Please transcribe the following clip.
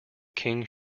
king